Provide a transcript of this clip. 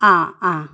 ആ ആ